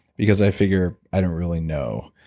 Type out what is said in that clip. because i figure i don't really know.